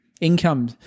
income